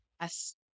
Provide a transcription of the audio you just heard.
Yes